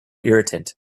irritant